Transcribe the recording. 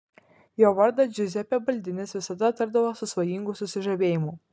jo vardą džiuzepė baldinis visada tardavo su svajingu susižavėjimu